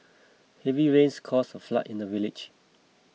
heavy rains caused a flood in the village